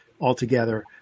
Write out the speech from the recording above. altogether